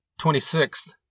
26th